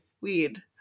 weed